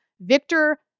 Victor